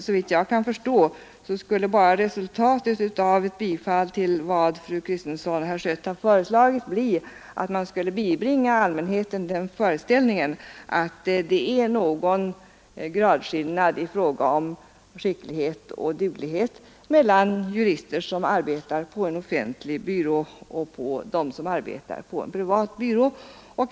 Såvitt jag kan förstå skulle resultatet av ett bifall till vad fru Kristensson och herr Schött har föreslagit bara bli att man skulle bibringa allmänheten den föreställningen att det är någon gradskillnad i skicklighet och duglighet mellan jurister som arbetar på en offentlig byrå och jurister som arbetar på en privat byrå.